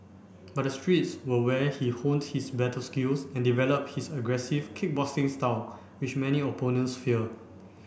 but the streets were where he honed his battle skills and developed his aggressive kickboxing style which many opponents fear